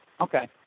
Okay